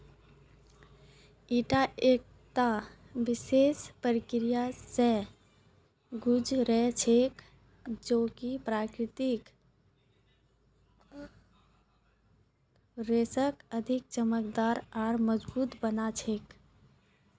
ईटा एकता विशेष प्रक्रिया स गुज र छेक जेको प्राकृतिक रेशाक अधिक चमकदार आर मजबूत बना छेक